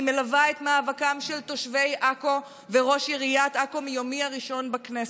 אני מלווה את מאבקם של תושבי עכו וראש עיריית עכו מיומי הראשון בכנסת.